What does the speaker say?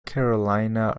carolina